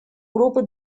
группы